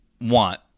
want